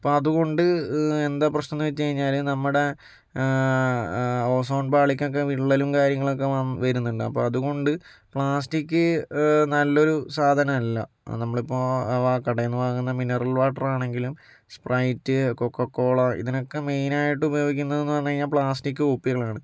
അപ്പോൾ അതുകൊണ്ട് എന്താ പ്രശ്നം എന്നു വെച്ചു കഴിഞ്ഞാൽ നമ്മുടെ ഓസോൺ പാളിക്കൊക്കെ വിള്ളലും കാര്യങ്ങളൊക്കെ വന്ന് വരുന്നുണ്ട് അപ്പോൾ അതുകൊണ്ട് പ്ലാസ്റ്റിക്ക് നല്ലൊരു സാധനമല്ല നമ്മളിപ്പോൾ കടയിൽനിന്നു വാങ്ങുന്ന മിനറൽ വാട്ടറാണെങ്കിലും സ്പ്രൈറ്റ് കൊക്കക്കോള ഇതിനൊക്കെ മെയിനായിട്ട് ഉപയോഗിക്കുന്നതെന്നു പറഞ്ഞു കഴിഞ്ഞാൽ പ്ലാസ്റ്റിക്ക് കുപ്പികളാണ്